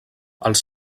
els